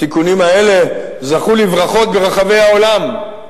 התיקונים האלה זכו לברכות ברחבי העולם.